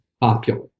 popular